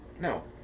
No